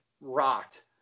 rocked